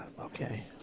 okay